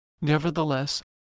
Nevertheless